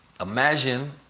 Imagine